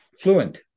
fluent